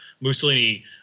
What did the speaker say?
Mussolini